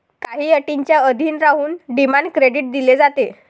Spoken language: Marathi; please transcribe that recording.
काही अटींच्या अधीन राहून डिमांड क्रेडिट दिले जाते